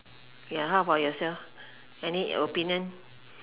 ya how about yourself any opinion